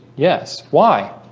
yes, why